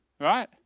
right